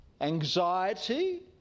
anxiety